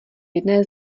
jedné